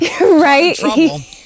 Right